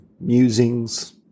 musings